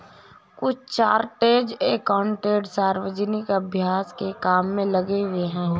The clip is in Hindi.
कुछ चार्टर्ड एकाउंटेंट सार्वजनिक अभ्यास के काम में लगे हुए हैं